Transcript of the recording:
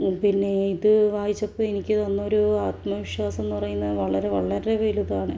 പിന്നെ ഇത് വായിച്ചപ്പോൾ എനിക്ക് തന്ന ഒരു ആത്മവിശ്വാസംന്ന് പറയുന്നത് വളരെ വളരെ വലുതാണ്